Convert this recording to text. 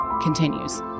continues